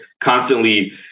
constantly